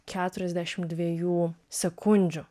keturiasdešimt dviejų sekundžių